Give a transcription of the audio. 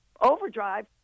overdrive